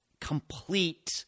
complete